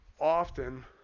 often